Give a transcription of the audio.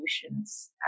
solutions